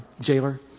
jailer